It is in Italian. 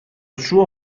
suo